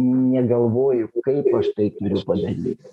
negalvoju kaip aš tai turiu padaryt